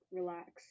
relax